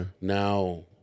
Now